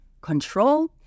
control